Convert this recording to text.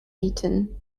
eaten